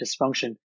dysfunction